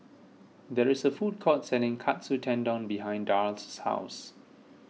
there is a food court selling Katsu Tendon behind Darl's house